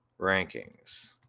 rankings